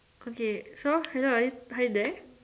okay so hello are you hi there